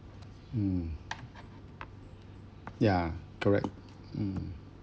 mm ya correct mm